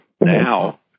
Now